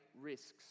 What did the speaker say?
risks